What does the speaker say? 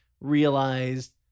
realized